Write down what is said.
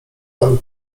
panu